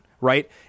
right